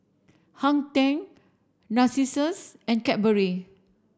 Hang Ten Narcissus and Cadbury